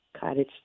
Cottage